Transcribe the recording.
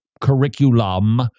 curriculum